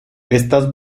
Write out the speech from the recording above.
estas